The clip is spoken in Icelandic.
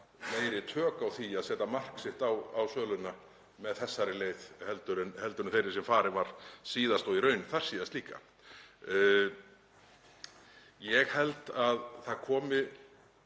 meiri tök á því að setja mark sitt á söluna með þessari leið en þeirri sem farin var síðast og í raun þarsíðast líka. Ég held að það hafi